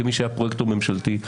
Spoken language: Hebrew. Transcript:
כמי שהיה פרויקטור ממשלתי,